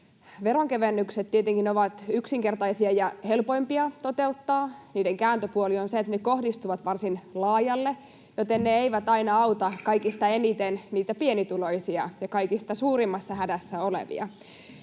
veronkevennykset tietenkin ovat yksinkertaisia ja helpoimpia toteuttaa, niiden kääntöpuoli on se, että ne kohdistuvat varsin laajalle, joten ne eivät aina auta kaikista eniten niitä pienituloisia ja kaikista suurimmassa hädässä olevia.